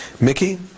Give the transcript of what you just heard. Mickey